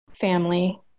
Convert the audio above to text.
Family